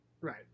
Right